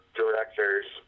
directors